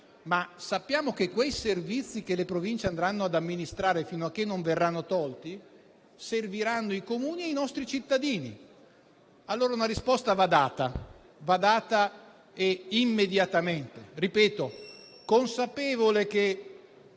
ma sappiamo che quei servizi che le Province andranno ad amministrare (finché non verranno tolti) serviranno ai Comuni e ai nostri cittadini e allora una risposta va data immediatamente. Consapevole che